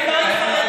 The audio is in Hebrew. זה נקרא אדם חרדי,